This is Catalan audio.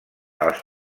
els